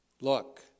Look